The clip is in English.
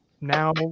now